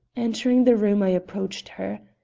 entering the room, i approached her.